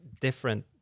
different